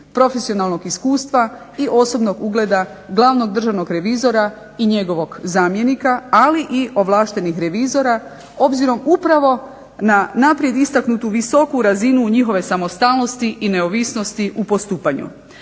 profesionalnog iskustva i osobnog ugleda glavnog državnog revizora i njegovog zamjenika, ali i ovlaštenih revizora, obzirom upravo na naprijed istaknutu visoku razinu njihove samostalnosti i neovisnosti u postupanju.